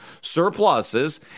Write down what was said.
surpluses